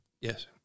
Yes